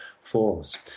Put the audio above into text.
force